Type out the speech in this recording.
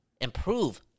improve